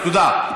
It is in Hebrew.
תודה.